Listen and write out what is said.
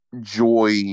joy